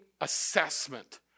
assessment